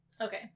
Okay